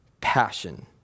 passion